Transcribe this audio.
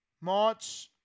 March